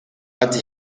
but